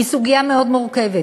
היא סוגיה מאוד מורכבת,